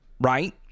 Right